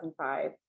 2005